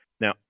Now